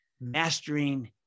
Mastering